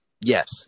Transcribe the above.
Yes